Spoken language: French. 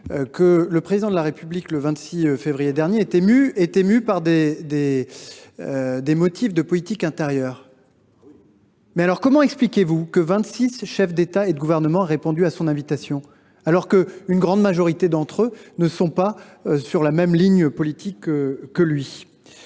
que le Président de la République, le 26 février dernier, était mû par des motifs de politique intérieure. Eh oui ! Mais alors, comment expliquez vous que vingt six chefs d’État et de gouvernement aient répondu à son invitation alors qu’une grande majorité d’entre eux ne sont pas sur la même ligne politique que lui ?